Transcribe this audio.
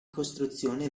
costruzione